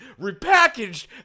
repackaged